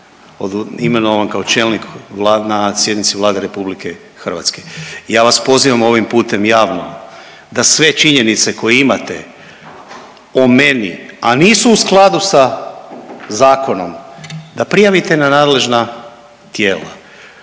imenovan kao čelnik na sjednici Vlade Republike Hrvatske. Ja vas pozivam ovim putem javno da sve činjenice koje imate o meni, a nisu u skladu sa zakonom, da prijavite na nadležna tijela.